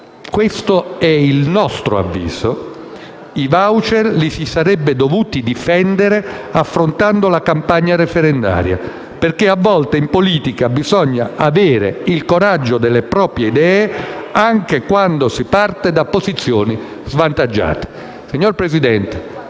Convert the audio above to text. questo è il nostro avviso - li si sarebbe dovuti difendere affrontando la campagna referendaria, perché a volte in politica bisogna avere il coraggio delle proprie idee, anche quando si parte da posizioni svantaggiate. Signor Presidente,